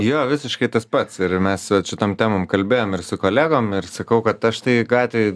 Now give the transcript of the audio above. jo visiškai tas pats ir mes vat šitom temom kalbėjom ir su kolegom ir sakau kad aš tai gatvėj